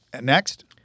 Next